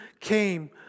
came